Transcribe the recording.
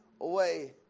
away